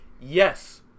yes